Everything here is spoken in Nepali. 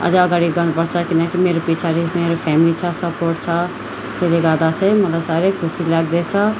अझ अगाडि गर्नु पर्छ किनकि मेरो पछाडि मेरो फ्यमिली छ सपोर्ट छ त्यसले गर्दा चाहिँ मलाई साह्रै खुसी लाग्दैछ